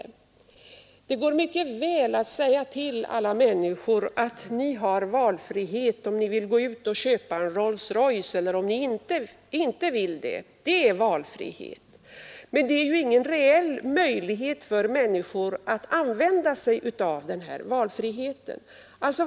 Det går visserligen mycket väl att t.ex. säga till alla människor: Ni har valfrihet att gå ut och köpa en Rolls Royce eller att inte göra det; det är valfrihet. Men det finns ju ingen reell möjlighet för människor att använda sig av den valfriheten.